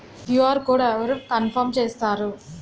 QR code అవరు confirm చేస్తారు?